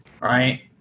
right